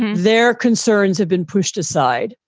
their concerns have been pushed aside.